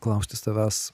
klausti savęs